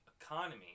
economy